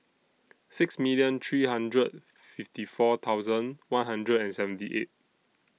six million three hundred fifty four thousand one hundred and seventy eight